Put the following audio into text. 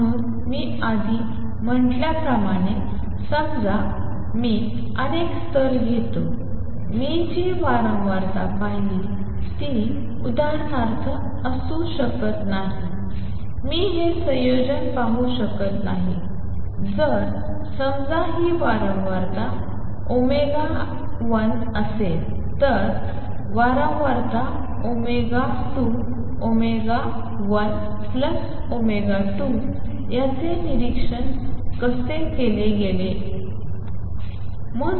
म्हणून मी आधी म्हटल्याप्रमाणे समजा मी अनेक स्तर घेतो मी जी वारंवारता पाहिली ती उदाहरणार्थ असू शकत नाही मी हे संयोजन पाहू शकत नाही जर समजा ही वारंवारता 1असेल तर वारंवारता 2 1 2 याचे निरीक्षण केले गेले नाही